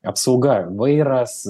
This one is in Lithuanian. apsauga vairas